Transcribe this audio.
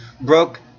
broke